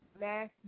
last